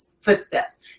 footsteps